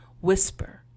whisper